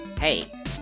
Hey